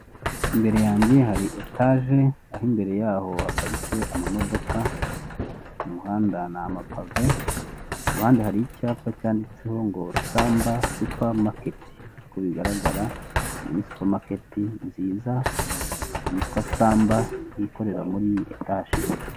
Imbere yanjye hari etage, aho imbere yaho haparitse amamodoka, umuhanda ni amapave, kuhande hari icyapa cyanditseho ngo Samba Supermarket, uko bigaragara iyi supermarket ni nziza yitwa Samba ikorera muri etage.